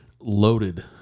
loaded